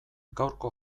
gaurko